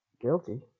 guilty